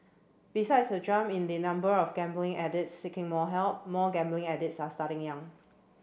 besides a jump in the number of gambling addicts seeking help more gambling addicts are starting young